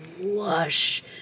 lush